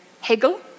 Hegel